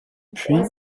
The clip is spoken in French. puis